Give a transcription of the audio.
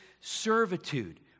servitude